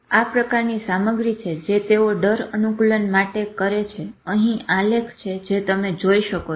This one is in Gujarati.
આ પ્રકારની સામગ્રી છે જે તેઓ ડર અનુકૂલન માટે કરે છે અહી આલેખ છે જે તમે જોઈ શકો છો